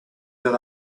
that